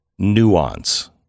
nuance